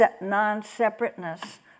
non-separateness